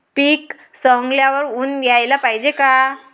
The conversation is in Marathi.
पीक सवंगल्यावर ऊन द्याले पायजे का?